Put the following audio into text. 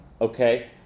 Okay